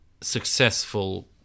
successful